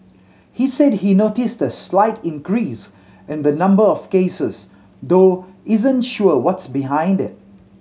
he said he noticed a slight increase in the number of cases though isn't sure what's behind it